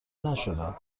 نشدم